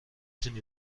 تونی